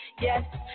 Yes